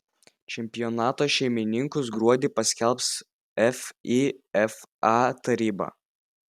čempionato šeimininkus gruodį paskelbs fifa taryba